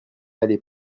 aller